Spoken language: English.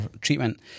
treatment